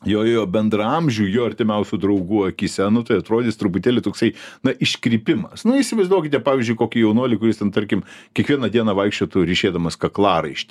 jo jo bendraamžių jo artimiausių draugų akyse nu tai atrodys truputėlį toksai na iškrypimas na įsivaizduokite pavyzdžiui kokį jaunuolį kuris ten tarkim kiekvieną dieną vaikščiotų ryšėdamas kaklaraištį